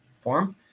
form